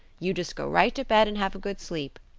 you just go right to bed and have a good sleep.